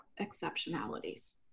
exceptionalities